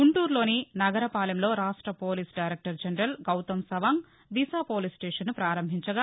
గుంటూరులోని నగరపాలెంలో రాష్ట్ర police director general Gautam Sawang Disha police స్టేషన్ను ప్రారంభించగా